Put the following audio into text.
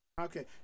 Okay